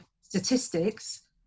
statistics